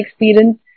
experience